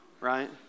right